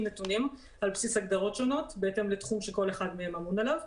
נתונים על בסיס הגדרות שונות בהתאם לתחום שכל אחד מהן אמון עליו.